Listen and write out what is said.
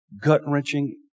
gut-wrenching